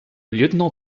lieutenant